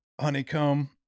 honeycomb